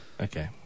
Okay